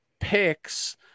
picks